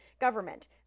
Government